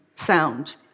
sound